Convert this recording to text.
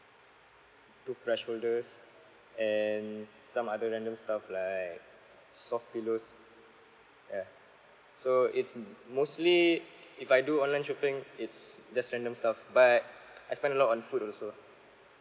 toothbrush holders and some other random stuff like soft pillows yeah so it's mostly if I do online shopping it's just random stuff but I spend a lot on food also